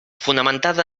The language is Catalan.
fonamentada